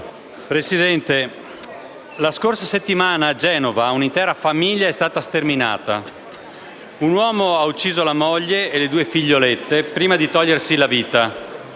Presidente, la scorsa settimana a Genova un'intera famiglia è stata sterminata. Un uomo ha ucciso la moglie e le due figliolette prima di togliersi la vita.